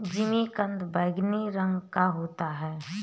जिमीकंद बैंगनी रंग का होता है